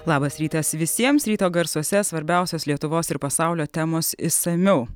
labas rytas visiems ryto garsuose svarbiausios lietuvos ir pasaulio temos išsamiau